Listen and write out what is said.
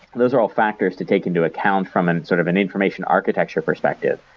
those are all factors to take into account from an sort of an information architecture perspective.